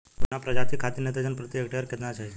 बौना प्रजाति खातिर नेत्रजन प्रति हेक्टेयर केतना चाही?